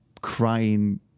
crying